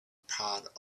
part